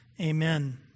amen